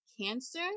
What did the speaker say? Cancer